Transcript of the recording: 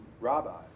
rabbi